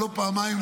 ולא פעמיים,